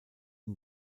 ihn